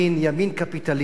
ימין קפיטליסטי,